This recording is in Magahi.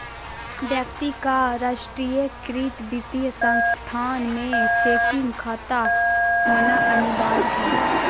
व्यक्ति का राष्ट्रीयकृत वित्तीय संस्थान में चेकिंग खाता होना अनिवार्य हइ